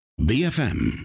BFM